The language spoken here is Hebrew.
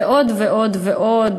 ועוד ועוד ועוד,